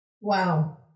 Wow